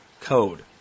code